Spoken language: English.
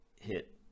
hit